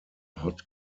hot